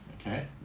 okay